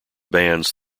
bands